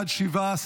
הצבעה.